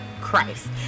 Christ